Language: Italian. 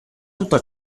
tutto